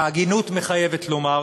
ההגינות מחייבת לומר